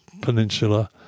Peninsula